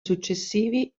successivi